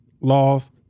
laws